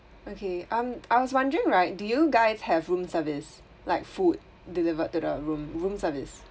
okay um I was wondering right do you guys have room service like food delivered to the room room service